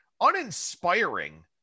uninspiring